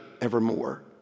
evermore